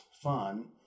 fun